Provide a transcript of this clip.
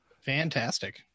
Fantastic